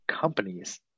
companies